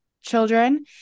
children